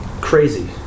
crazy